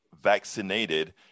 vaccinated